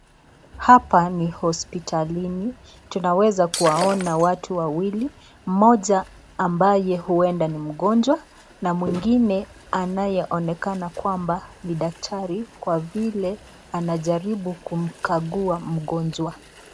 Hapa ni hospitalini, tunaweza kuwaona watu wawili mmoja ambaye huenda ni mgonjwa na mwingine anaye onekana kwamba ni daktari kwa vile anajaribu kumkagua mgonjwa.